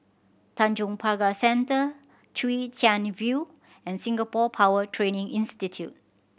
Tanjong Pagar Centre Chwee Chian View and Singapore Power Training Institute